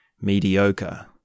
mediocre